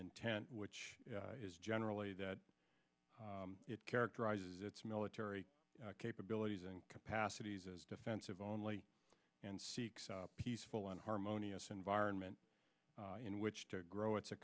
intent which is generally that it characterizes its military capabilities and capacities as defensive only and seeks a peaceful one harmonious environment in which to grow i